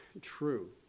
true